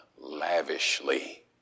lavishly